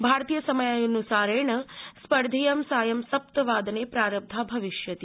भारतीयसमन्सारेण स्पर्धेयं सायं सप्तवादने प्रारब्धा भविष्यति